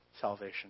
salvation